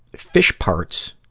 fish parts,